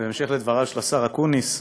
ובהמשך לדבריו של השר אקוניס,